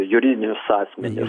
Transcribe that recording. juridinius asmenis